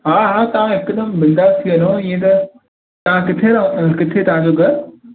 हा हा तव्हां हिकदमि बिंदासि थी वञो ईअं त तव्हां किथे रहंदा आहियो किथे आहे तव्हांजो घरु